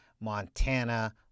Montana